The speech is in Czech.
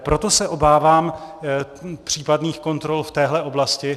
Proto se obávám případných kontrol v téhle oblasti.